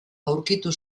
aurkitu